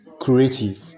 creative